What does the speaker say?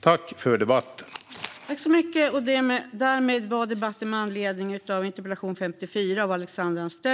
Tack för debatten!